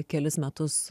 kelis metus